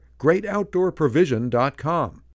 greatoutdoorprovision.com